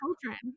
children